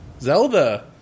Zelda